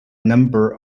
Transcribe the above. number